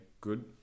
good